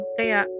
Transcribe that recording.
kaya